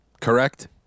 correct